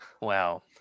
Wow